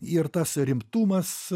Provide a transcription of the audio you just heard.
ir tas rimtumas